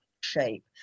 shape